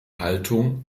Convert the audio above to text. haltung